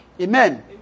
Amen